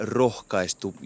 rohkaistu